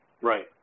Right